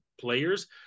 players